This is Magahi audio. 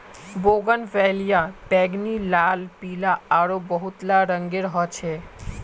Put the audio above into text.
बोगनवेलिया बैंगनी, लाल, पीला आरो बहुतला रंगेर ह छे